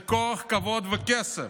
הוא כוח, כבוד וכסף.